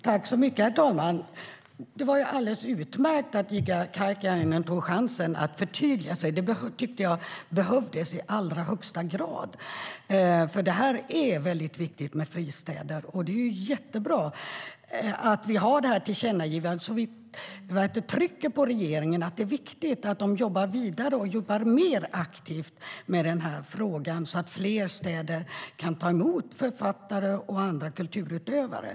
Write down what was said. Herr talman! Det var ju alldeles utmärkt att Ida Karkiainen tog chansen att förtydliga sig; det tycker jag behövdes i allra högsta grad. Det är nämligen väldigt viktigt med fristäder, och det är bra att vi har det här tillkännagivandet och trycker på regeringen. Det är viktigt att de jobbar vidare och mer aktivt med den här frågan så att fler städer kan ta emot författare och andra kulturutövare.